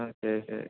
okay okay